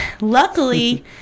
luckily